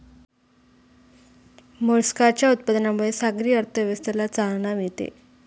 मोलस्काच्या उत्पादनामुळे सागरी अर्थव्यवस्थेला चालना मिळते